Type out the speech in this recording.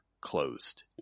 closed